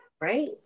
right